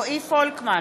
רועי פולקמן,